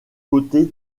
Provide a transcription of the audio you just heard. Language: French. côtés